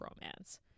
romance